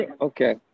Okay